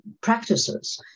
practices